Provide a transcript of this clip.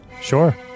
Sure